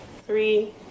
three